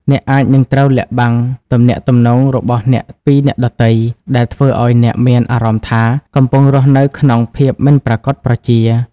អ្នកអាចនឹងត្រូវលាក់បាំងទំនាក់ទំនងរបស់អ្នកពីអ្នកដទៃ ដែលធ្វើឲ្យអ្នកមានអារម្មណ៍ថា កំពុងរស់នៅក្នុងភាពមិនប្រាកដប្រជា។